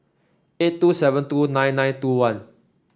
eight two seven two nine nine two one